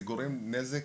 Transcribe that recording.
זה גורם נזק.